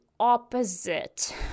opposite